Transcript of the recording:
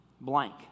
blank